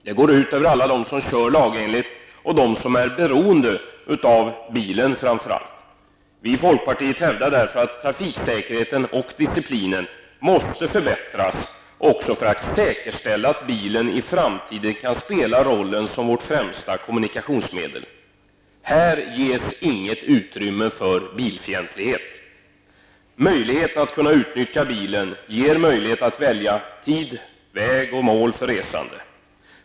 De går ut över alla dem som kör lagenligt och framför allt över dem som är beroende av bilen. Vi i folkpartiet hävdar därför att trafiksäkerheten och disciplinen måste förbättras också för att säkerställa att bilen i framtiden kan spela rollen som vårt främsta kommunikationsmedel. Här ges det inget utrymme för bilfientlighet. Då man utnyttjar bilen har man ju möjlighet att välja tid, väg och mål för resandet.